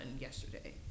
yesterday